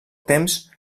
temps